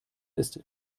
ist